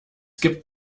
gibt